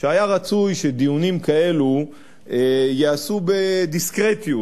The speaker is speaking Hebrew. שהיה רצוי שדיונים כאלו ייעשו בדיסקרטיות.